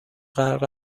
غرق